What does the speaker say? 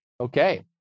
Okay